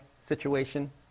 situation